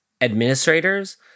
administrators